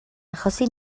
achosi